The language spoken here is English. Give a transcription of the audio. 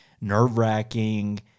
nerve-wracking